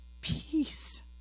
peace